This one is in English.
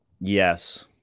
Yes